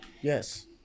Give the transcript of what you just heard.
Yes